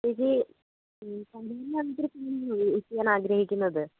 ചേച്ചി one month ചെയ്യാൻ ആഗ്രഹിക്കുന്നത്